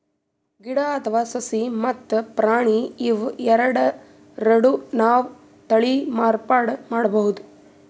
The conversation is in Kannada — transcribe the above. ಗಿಡ ಅಥವಾ ಸಸಿ ಮತ್ತ್ ಪ್ರಾಣಿ ಇವ್ ಎರಡೆರಡು ನಾವ್ ತಳಿ ಮಾರ್ಪಾಡ್ ಮಾಡಬಹುದ್